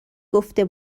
گفته